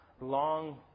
long